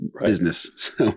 business